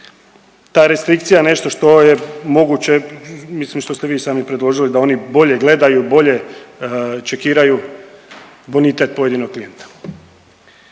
Ta restrikcija je nešto što je moguće mislim što ste vi i sami predložili da oni bolje gledaju, bolje čekiraju bonitet pojedinog klijenta.